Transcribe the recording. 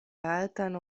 altan